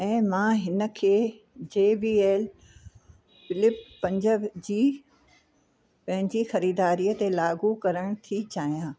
ऐं मां हिन खे जे बी एल फ्लिप पंज जी पंहिंजी ख़रीदारीअ ते लाॻू करण थी चाहियां